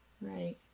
Right